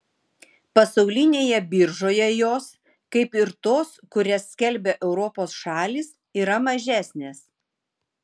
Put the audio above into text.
pasaulinėje biržoje jos kaip ir tos kurias skelbia europos šalys yra mažesnės